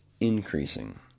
increasing